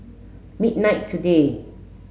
midnight today